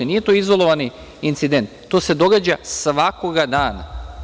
Nije to izolovani incident, to se događa svakog dana.